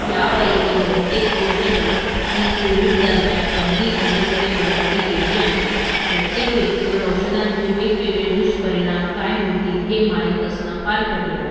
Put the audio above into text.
यापैकी बहुतेक औषधं ही कोविड दरम्यान अगदी अलीकडे बनवली गेली आहेत प्रत्येक व्यक्तीवर औषधांचे वेगवेगळे दुष्परिणाम काय होतील हे माहीत असणं फार कठीण आहे